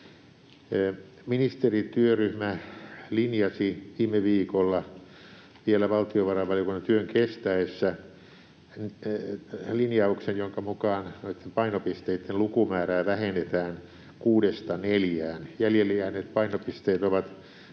Ministerityöryhmä linjasi viime viikolla valtiovarainvaliokunnan työn vielä kestäessä linjauksen, jonka mukaan noitten painopisteitten lukumäärää vähennetään kuudesta neljään. Jäljelle jääneet painopisteet ovat